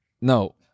No